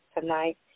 tonight